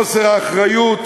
חוסר האחריות,